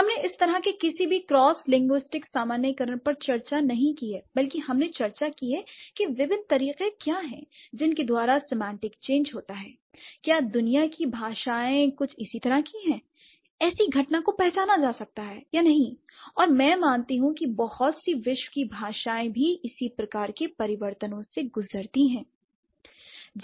हमने इस तरह के किसी भी क्रॉसि लिंग्विस्टिक्स सामान्यीकरण पर चर्चा नहीं की है बल्कि हमने चर्चा की है कि विभिन्न तरीके क्या हैं जिनके द्वारा सेमांटिक चेंज होता है l क्या दुनिया की भाषाएं कुछ इसी तरह की हैं ऐसी घटना को पहचाना जा सकता है या नहीं और मैं मानती हूं कि बहुत सी विश्व की भाषाएँ भी इसी प्रकार के परिवर्तनों से गुज़रती होंगी